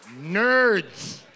Nerds